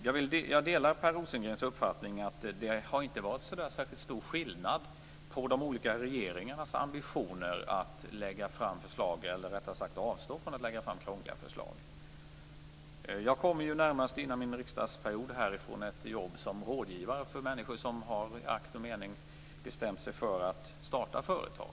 Jag delar Per Rosengrens uppfattning att det inte har varit särskilt stor skillnad mellan de olika regeringarnas ambitioner att avstå från att lägga fram krångliga förslag. Jag kommer närmast, innan min riksdagsperiod, från ett jobb som rådgivare för människor som i akt och mening har bestämt sig för att starta företag.